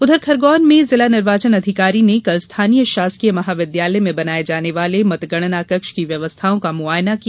उधर खरगोन में जिला निर्वाचन अधिकारी ने कल स्थानीय शासकीय महाविघालय में बनाये जाने वाले मतगणना कक्ष की व्यवस्थाओं का मुआयना किया